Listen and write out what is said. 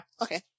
okay